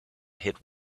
hit